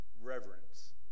reverence